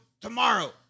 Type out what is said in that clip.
Tomorrow